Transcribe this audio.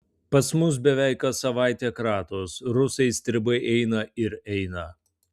pas mus beveik kas savaitę kratos rusai stribai eina ir eina